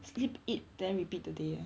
sleep eat then repeat the day